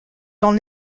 dans